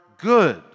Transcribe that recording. good